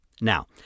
Now